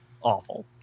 awful